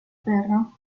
perro